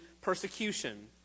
persecution